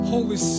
Holy